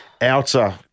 outer